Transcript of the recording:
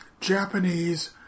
Japanese